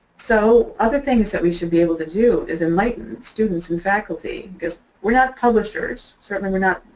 so other things that we should be able to do is enlighten students and faculty because we're not publishers, certainly we're not.